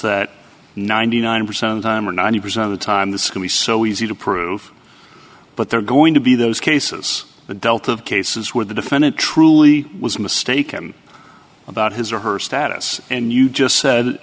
that ninety nine percent of them are ninety percent of the time the school was so easy to prove but there are going to be those cases adult of cases where the defendant truly was mistaken about his or her status and you just said